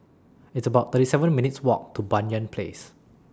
It's about thirty seven minutes' Walk to Banyan Place